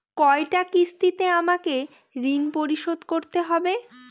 কয়টা কিস্তিতে আমাকে ঋণ পরিশোধ করতে হবে?